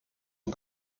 and